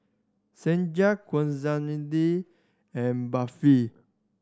and Barfi